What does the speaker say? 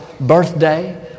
birthday